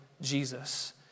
Jesus